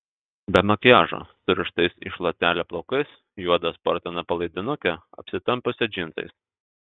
be makiažo surištais į šluotelę plaukais juoda sportine palaidinuke apsitempusią džinsais